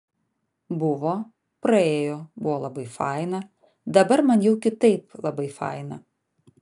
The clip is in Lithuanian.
buvo praėjo buvo labai faina dabar man jau kitaip labai faina